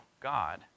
God